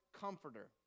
comforter